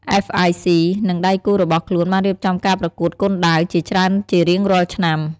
អ្វេស អាយ សុី និងដៃគូរបស់ខ្លួនបានរៀបចំការប្រកួតគុនដាវជាច្រើនជារៀងរាល់ឆ្នាំ។